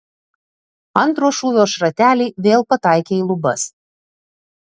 antro šūvio šrateliai vėl pataikė į lubas